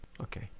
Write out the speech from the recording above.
Okay